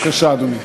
בבקשה, אדוני.